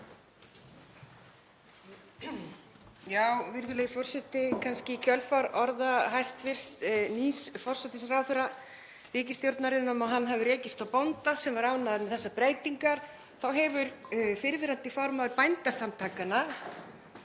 Virðulegi forseti. Kannski í kjölfar orða hæstv. nýs forsætisráðherra ríkisstjórnarinnar um að hann hafi rekist á bónda sem er ánægður með þessar breytingar þá hefur fyrrverandi formaður Bændasamtakanna